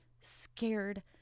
scared